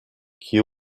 qui